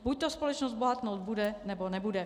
Buďto společnost bohatnout bude, nebo nebude.